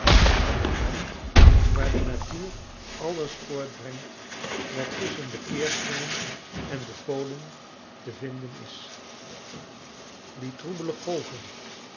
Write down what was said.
oceaan van een land waar de natuur alles voortbrengt wat tusschen de keerkringen en de polen te vinden is die troebele golven